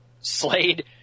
Slade